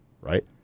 right